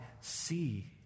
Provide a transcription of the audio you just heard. see